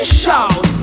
shout